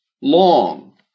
long